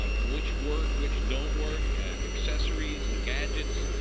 um which work? which don't work? and accessories and gadgets,